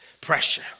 Pressure